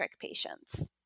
patients